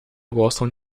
gostam